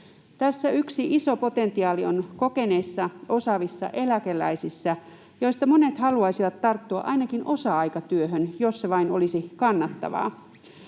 Tässä yksi iso potentiaali on kokeneissa, osaavissa eläkeläisissä, joista monet haluaisivat tarttua ainakin osa-aikatyöhön, jos se vain olisi kannattavaa.